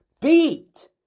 beat